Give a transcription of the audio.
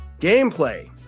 Gameplay